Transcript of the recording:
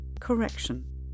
Correction